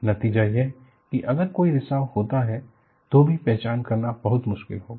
नतीजा यह है कि अगर कोई रिसाव होता है तो भी पहचान करना बहुत मुश्किल होगा